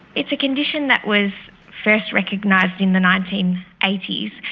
it's a condition that was first recognised in the nineteen eighty s.